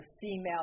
female